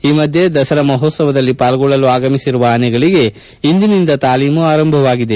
ಕು ಮಧ್ಯೆ ದಸರಾ ಮಹೋತ್ಸವದಲ್ಲಿ ಪಾಲ್ಗೊಳ್ಳಲು ಆಗಮಿಸಿರುವ ಆನೆಗಳಿಗೆ ಇಂದಿನಿಂದ ತಾಲೀಮು ಆರಂಭವಾಗಿದೆ